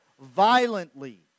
violently